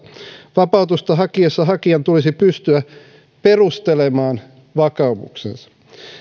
vapautusta hakiessaan hakijan tulisi pystyä perustelemaan vakaumuksensa